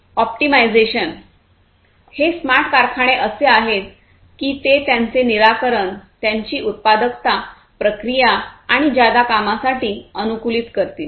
optimisation हे smart कारखाने असे आहेत की ते त्यांचे निराकरण त्यांची उत्पादकता प्रक्रिया आणि जादा कामासाठी अनुकूलित करतील